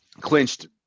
clinched